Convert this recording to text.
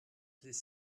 les